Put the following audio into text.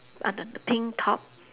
uh no no pink top